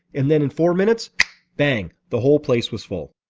and then in four minutes bang! the whole place was full.